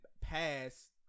past